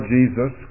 Jesus